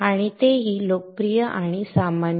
आणि तेही लोकप्रिय आणि सामान्य